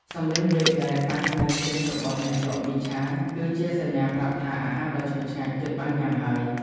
សំឡេងវែកដែកប៉ះនឹងខ្ទះរបស់អ្នកលក់មីឆាគឺជាសញ្ញាប្រាប់ថាអាហារដ៏ឈ្ងុយឆ្ងាញ់ជិតបានញ៉ាំហើយ។